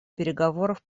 переговоров